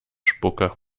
spucke